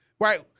right